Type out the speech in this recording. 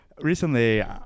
recently